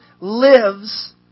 lives